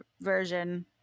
version